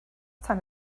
tan